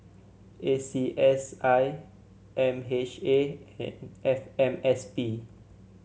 A C S I M H A and F M S P